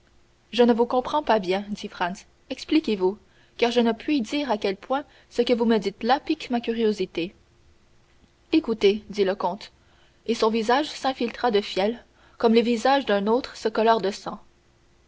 je ne vous comprends pas bien dit franz expliquez-vous car je ne puis vous dire à quel point ce que vous me dites là pique ma curiosité écoutez dit le comte et son visage s'infiltra de fiel comme le visage d'un autre se colore de sang